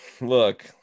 look